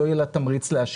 לא יהיה לה תמריץ להשקיע,